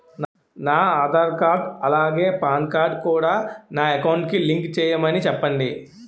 నా ఆధార్ కార్డ్ అలాగే PAN card కూడా నా అకౌంట్ కి లింక్ చేయమని చెప్పండి